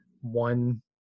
one